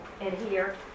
adhere